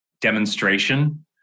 demonstration